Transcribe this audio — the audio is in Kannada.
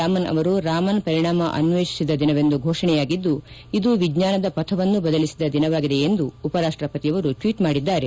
ರಾಮನ್ ಅವರು ರಾಮನ್ ಪರಿಣಾಮ ಅನ್ವೇಷಿಸಿದ ದಿನವೆಂದು ಫೋಷಣೆಯಾಗಿದ್ದು ಇದು ವಿಜ್ಞಾನದ ಪಥವನ್ನು ಬದಲಿಸಿದ ದಿನವಾಗಿದೆ ಎಂದು ಉಪರಾಷ್ಟ ಪತಿಯವರು ಟ್ವೀಟ್ ಮಾದಿದ್ದಾರೆ